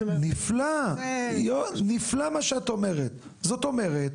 נפלא מה שאת אומרת, זאת אומרת